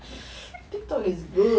Tiktok is good